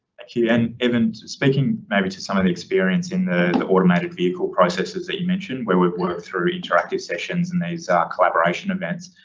ah and evan speaking maybe to some of the experience in the automated vehicle processes that you mentioned where we've worked through interactive sessions and these collaboration events,